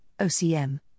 OCM